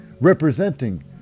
Representing